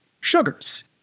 sugars